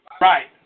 Right